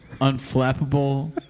Unflappable